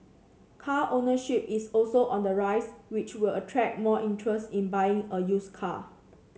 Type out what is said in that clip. car ownership is also on the rise which will attract more interest in buying a used car